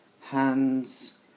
hands